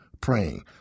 praying